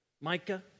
Micah